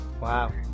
Wow